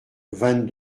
vingt